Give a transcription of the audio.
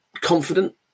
Confident